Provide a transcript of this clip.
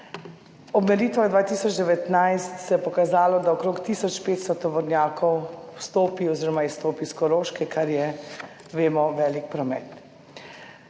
Ob meritvah 2019 se je pokazalo, da okrog tisoč 500 tovornjakov vstopi oziroma izstopi iz Koroške, kar je, vemo, velik promet.